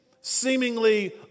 seemingly